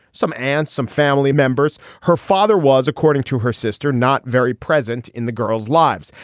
some and some family members. her father was, according to her sister, not very present in the girls lives.